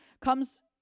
comes